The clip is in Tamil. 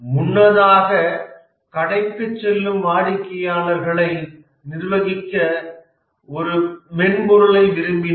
முன்னதாக கடைக்குச் செல்லும் வாடிக்கையாளர்களை நிர்வகிக்கச் சொல்ல ஒரு மென்பொருளை விரும்பினோம்